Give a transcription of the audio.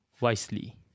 wisely